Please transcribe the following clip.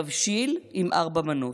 תבשיל עם ארבע מנות: